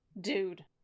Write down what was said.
dude